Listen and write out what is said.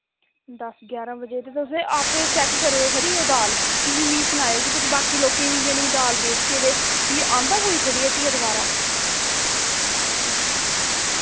दस ग्यारां बजे ते तुस एह् आप्पे चैक करयो खरी ओ दाल कि फ्ही मि सनायो कि तुस बाकि लोकें वी इय्यै नेहि दाल बेचगे ते फ्ही आंदा कोई थोआड़ी हट्टिये दबारा